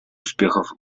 успехов